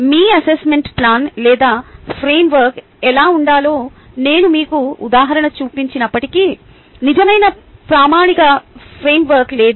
మీ assessment plan లేదా framework ఎలా ఉండాలో నేను మీకు ఉదాహరణ చూపించినప్పటికీ నిజమైన ప్రామాణిక ఫ్రేమ్వర్క్ లేదు